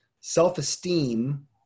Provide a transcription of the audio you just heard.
self-esteem